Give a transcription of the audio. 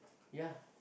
ya